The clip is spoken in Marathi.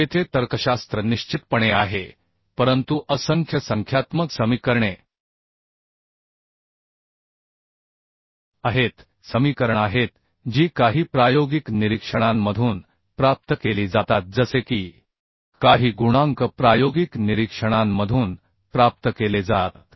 येथे तर्कशास्त्र निश्चितपणे आहे परंतु असंख्य संख्यात्मक समीकरणे आहेतसमीकरण आहेत जी काही प्रायोगिक निरीक्षणांमधून प्राप्त केली जातात जसे की काही गुणांक प्रायोगिक निरीक्षणांमधून प्राप्त केले जातात